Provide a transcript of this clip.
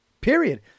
period